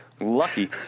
Lucky